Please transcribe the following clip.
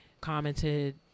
commented